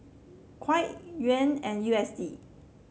Kyat Yuan and U S D